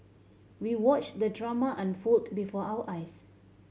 we watched the drama unfold before our eyes